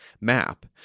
map